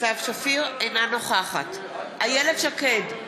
אינה נוכחת איילת שקד,